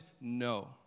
No